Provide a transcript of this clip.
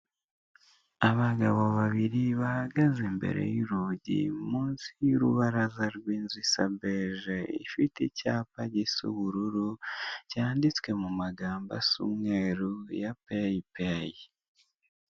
Abagabo babiri bahagaze imbere y'urugi munsi y'urubaraza rw'inzu isa beje, ifite icyapa gisa ubururu cyanditswe mumagambo asa umweru ya peyi peyi.